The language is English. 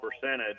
percentage